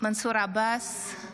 מנסור עבאס,